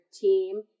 team